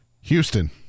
Houston